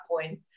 point